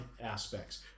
aspects